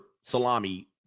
salami